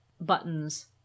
buttons